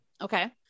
Okay